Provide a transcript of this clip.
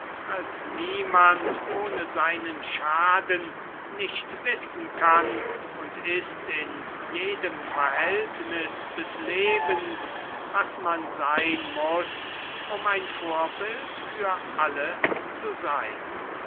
als niemand ohne seinen schaden nicht wissen kann und ist in jedem verhältniß des lebens was man seyn muß um ein vorbild für alle zu seyn